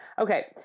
okay